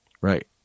Right